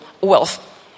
wealth